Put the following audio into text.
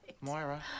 moira